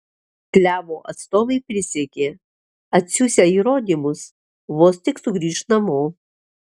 klevo atstovai prisiekė atsiųsią įrodymus vos tik sugrįš namo